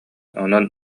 онон